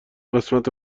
قسمت